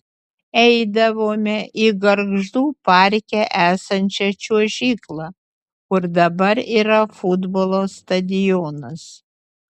eidavome į gargždų parke esančią čiuožyklą kur dabar yra futbolo stadionas